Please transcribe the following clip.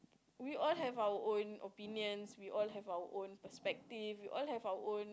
we all have our own opinions we all have our own perspective we all have our own